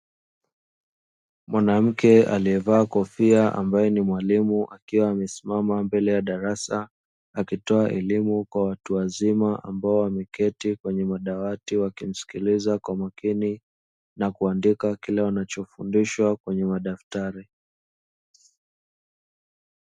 Mwanamke aliyevaa kofia ambaye ni mwalimu akiwa amesimama mbele ya darasa, akitoa elimu kwa watu wazima ambao wameketi kwenye madawati wakimsikiliza kwa makini na kuandika kile wanachofundishwa kwenye madaftari.